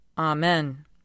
Amen